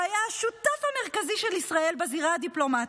שהיה השותף המרכזי של ישראל בזירה הדיפלומטית.